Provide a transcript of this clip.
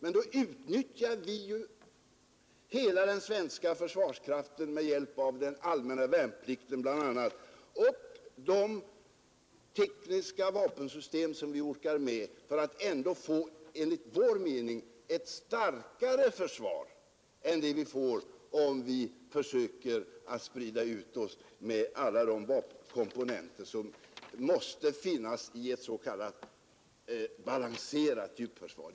Men då utnyttjar vi ju också hela landets försvarskraft, bl.a. med hjälp av den allmänna värnplikten och de tekniska vapensystem som vi orkar med, för att enligt vår mening få ett starkare försvar än vi får om vi försöker sprida ut oss, med alla de komponenter som måste finnas i ett s.k. balanserat djupförsvar.